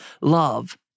love